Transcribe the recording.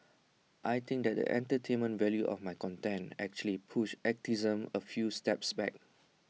I think that the entertainment value of my content actually pushed activism A few steps back